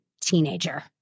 teenager